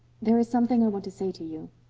there is something i want to say to you.